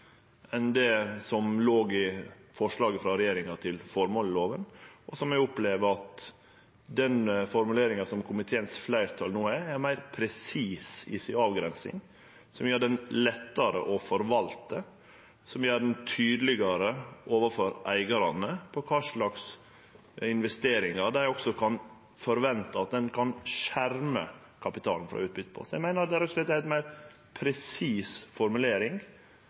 enn det som låg i forslaget frå regjeringa til formål i lova, og eg opplever at formuleringa som har fleirtal i komiteen, er meir presis i avgrensinga, noko som gjer henne lettare å forvalte, og som gjer det tydelegare overfor eigarane når det gjeld kva slags investeringar dei kan forvente at ein kan skjerme kapitalen for utbyte på. Eg meiner det rett og slett er ei meir presis formulering